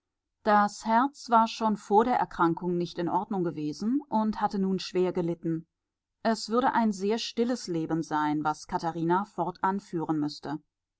das herz war schon vor der erkrankung nicht in ordnung gewesen und hatte nun schwer gelitten es würde ein sehr stilles leben sein was katharina fortan führen müßte